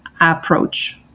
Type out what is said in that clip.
approach